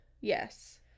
Yes